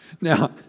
now